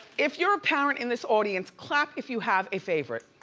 if you're a parent in this audience, clap if you have a favorite.